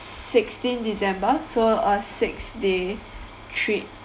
sixteen december so a six day trip